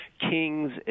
kings